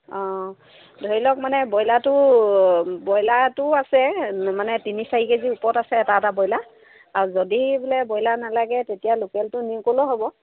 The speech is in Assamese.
অঁ ধৰি লওক মানে ব্ৰইলাৰটো ব্ৰইলাৰটো আছে মানে তিনি চাৰি কেজি ওপৰত আছে এটা এটা ব্ৰইলাৰ আৰু যদি বোলে ব্ৰইলাৰ নালাগে তেতিয়া লোকেলটো নিও ক'লেও হ'ব